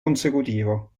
consecutivo